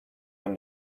when